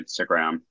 Instagram